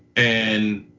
and